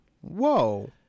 Whoa